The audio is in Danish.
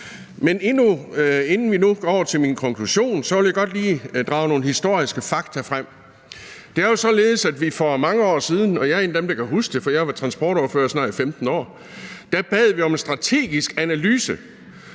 Men inden vi nu går over til min konklusion, vil jeg godt lige drage nogle historiske fakta frem. Det er jo således, at vi for mange år siden – og jeg er en af dem, der kan huske det, for jeg har været transportordfører i snart 15 år – bad om en strategisk analyse,